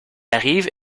arrive